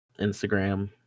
Instagram